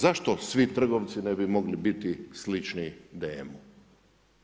Zašto svi trgovci ne bi mogli biti slični DM-u?